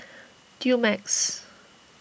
Dumex